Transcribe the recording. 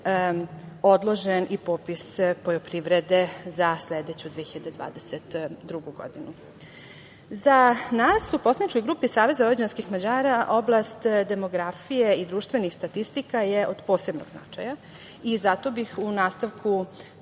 odložen i popis poljoprivrede za sledeću 2022. godinu.Za nas u poslaničkoj grupi SVM oblast demografije i društvenih statistika je od posebnog značaja i zato bih u nastavku